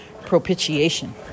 propitiation